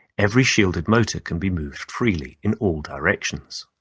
every shielded motor can be moved freely in all directions.